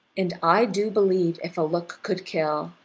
and i do believe if a look could kill,